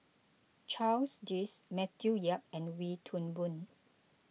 Charles Dyce Matthew Yap and Wee Toon Boon